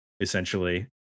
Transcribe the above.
essentially